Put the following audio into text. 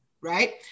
right